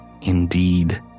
indeed